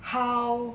how